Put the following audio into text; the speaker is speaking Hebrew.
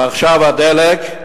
ועכשיו הדלק,